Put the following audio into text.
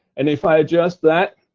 and if i adjust that